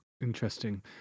Interesting